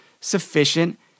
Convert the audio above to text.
sufficient